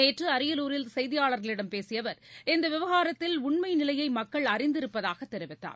நேற்று அரியலூரில் செய்தியாளர்களிடம் பேசிய அவர் இந்த விவகாரத்தில் உண்மை நிலையை மக்கள் அறிந்து இருப்பதாக தெரிவித்தார்